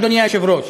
אדוני היושב-ראש.